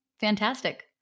Fantastic